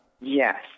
yes